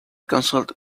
consulted